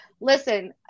Listen